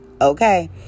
Okay